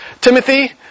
Timothy